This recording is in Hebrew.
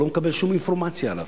הוא לא מקבל שום אינפורמציה עליו.